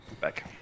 back